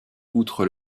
outre